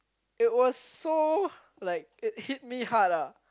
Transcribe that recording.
it was so like it hit me hard ah